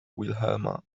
wilhelma